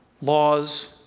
laws